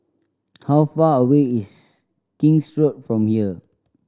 how far away is King's Road from here